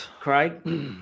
Craig